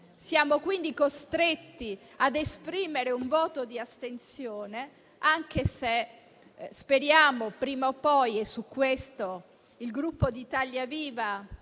siamo quindi costretti ad esprimere un voto di astensione, anche se speriamo che prima o poi - e su questo il Gruppo Italia Viva